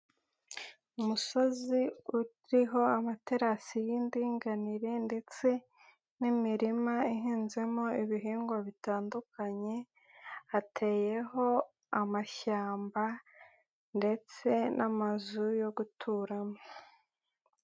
Umusozi uriho amaterasi y'indinganire ndetse n'imirima ihinzemo ibihingwa bitandukanye, hateyeho amashyamba ndetse n'amazu yo guturamo.